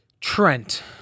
Trent